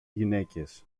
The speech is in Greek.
γυναίκες